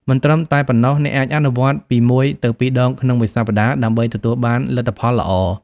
មិនត្រឹមតែប៉ុណ្ណោះ អ្នកអាចអនុវត្តន៍ពី ១ ទៅ ២ ដងក្នុងមួយសប្តាហ៍ ដើម្បីទទួលបានលទ្ធផលល្អ។